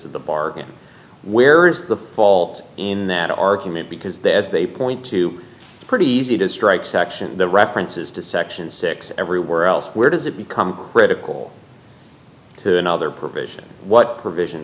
of the bargain where is the fault in that argument because there's they point to a pretty easy to strike section the references to section six everywhere else where does it become critical another provision what provision